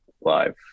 live